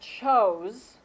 chose